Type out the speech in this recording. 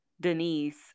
Denise